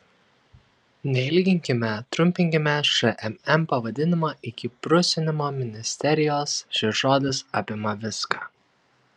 neilginkime trumpinkime šmm pavadinimą iki prusinimo ministerijos šis žodis apima viską